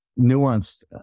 nuanced